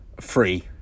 Free